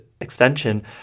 extension